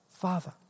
Father